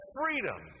freedom